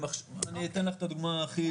אני אתן לך את הדוגמא הכי פשוטה.